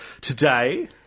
today